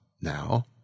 now